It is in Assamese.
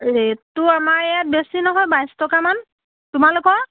ৰেটটো আমাৰ ইয়াত বেছি নহয় বাইছ টকামান তোমালোকৰ